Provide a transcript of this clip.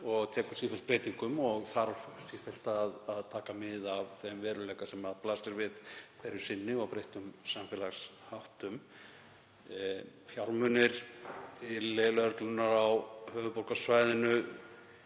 tekur sífellt breytingum og þarf sífellt að taka mið af þeim veruleika sem blasir við hverju sinni og breyttum samfélagsháttum. Fjármunir til lögreglunnar á höfuðborgarsvæðinu